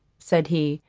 said he,